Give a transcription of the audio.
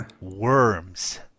Worms